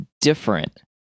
different